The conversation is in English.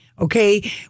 okay